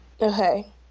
okay